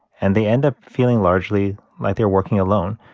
and they end up feeling largely like they're working alone.